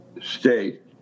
state